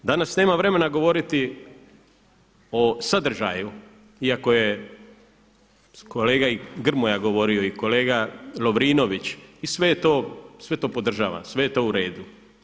Danas nemam vremena govoriti o sadržaju iako je kolega i Grmoja govorio i kolega Lovrinović i sve to podržavam, sve je to u redu.